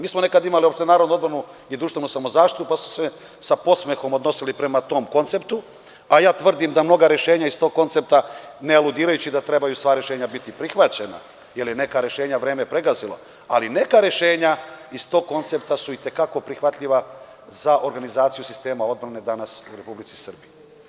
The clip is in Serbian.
Mi smo nekad imali Opšte narodnu odbranu i društvenu samozaštitu pa su se sa podsmehom odnosili prema tom konceptu, a ja tvrdim da mnoga rešenja iz tog koncepta ne aludirajući da trebaju sva rešenja biti prihvaćena, jer je neka rešenja vreme pregazilo, ali neka rešenja iz tog koncepta su i te kako prihvatljiva za organizaciju sistema odbrane danas u Republici Srbiji.